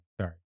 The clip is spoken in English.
Sorry